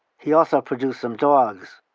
he also produced some dogs.